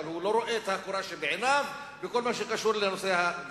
אבל הוא לא רואה את הקורה שבין עיניו בכל מה שקשור לנושא הגרעיני.